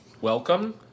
welcome